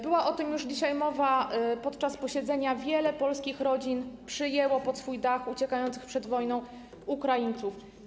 Była już dzisiaj o tym mowa podczas posiedzenia: wiele polskich rodzin przyjęło pod swój dach uciekających przed wojną Ukraińców.